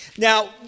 Now